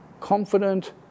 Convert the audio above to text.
confident